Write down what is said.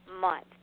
month